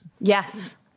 Yes